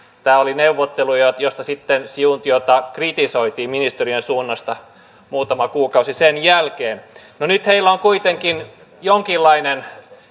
tämä oli neuvottelu josta sitten siuntiota kritisoitiin ministeriön suunnasta muutama kuukausi sen jälkeen nyt heillä on kuitenkin jonkinlainen